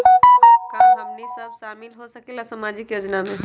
का हमनी साब शामिल होसकीला सामाजिक योजना मे?